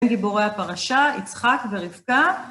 גיבורי הפרשה, יצחק ורבקה.